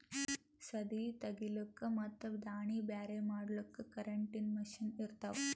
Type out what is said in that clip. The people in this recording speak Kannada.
ಸದೀ ತೆಗಿಲುಕ್ ಮತ್ ದಾಣಿ ಬ್ಯಾರೆ ಮಾಡಲುಕ್ ಕರೆಂಟಿನ ಮಷೀನ್ ಇರ್ತಾವ